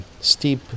steep